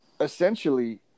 essentially